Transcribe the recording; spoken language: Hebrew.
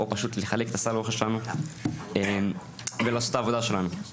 או פשוט לחלק את הסל אוכל שלנו ולעשות את העבודה שלנו.